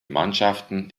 mannschaften